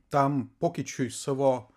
tam pokyčiui savo